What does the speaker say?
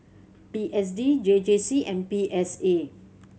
P S D J J C and P S A